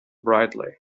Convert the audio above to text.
brightly